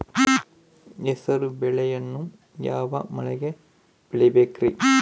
ಹೆಸರುಬೇಳೆಯನ್ನು ಯಾವ ಮಳೆಗೆ ಬೆಳಿಬೇಕ್ರಿ?